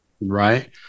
Right